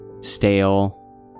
Stale